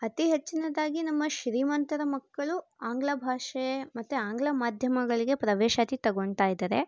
ಅತಿ ಹೆಚ್ಚಿನದಾಗಿ ನಮ್ಮ ಶ್ರೀಮಂತರ ಮಕ್ಕಳು ಆಂಗ್ಲ ಭಾಷೆ ಮತ್ತು ಆಂಗ್ಲ ಮಾಧ್ಯಮಗಳಿಗೆ ಪ್ರವೇಶಾತಿ ತಗೊಂತಾಯಿದಾರೆ